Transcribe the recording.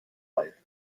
life